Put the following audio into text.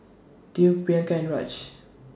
Dev Priyanka and Raj